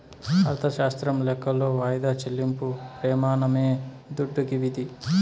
అర్ధశాస్త్రం లెక్కలో వాయిదా చెల్లింపు ప్రెమానమే దుడ్డుకి విధి